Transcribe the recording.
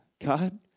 God